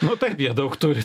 nu taip jie daug turi